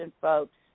folks